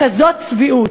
כזאת צביעות: